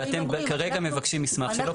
ואתם כרגע מבקשים מסמך שלא קיים.